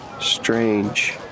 strange